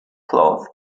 cloth